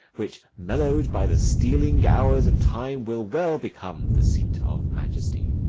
which, mellow'd by the stealing hours of time, will well become the seat of majesty,